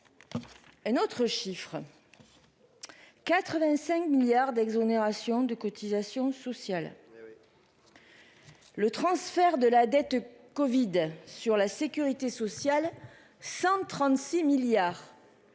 Et notre chiffre. 85 milliards d'exonérations de cotisations sociales. Le transfert de la dette Covid sur la sécurité sociale, 136 milliards.